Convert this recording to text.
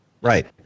Right